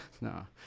No